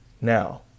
Now